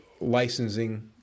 licensing